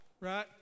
right